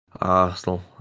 Arsenal